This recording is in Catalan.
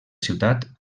ciutat